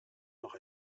noch